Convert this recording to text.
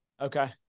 Okay